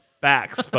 facts